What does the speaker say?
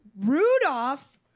Rudolph